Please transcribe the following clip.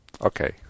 Okay